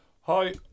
Hi